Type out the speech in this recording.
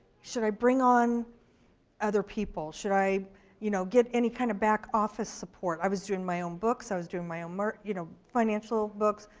should i bring on other people. should i you know get any kind of back office support. i was doing my own books, i was doing my ah own you know financial books,